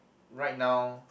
right now